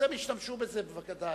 אז הם השתמשו בזה בוודאי.